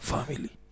Family